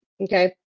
okay